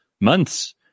months